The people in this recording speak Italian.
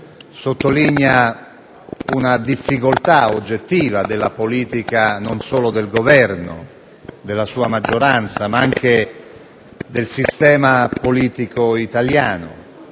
sottolinea una difficoltà oggettiva non solo del Governo e della sua maggioranza, ma del sistema politico italiano.